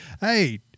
Hey